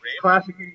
Classic